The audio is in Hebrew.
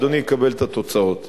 אדוני יקבל את התוצאות.